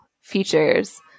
features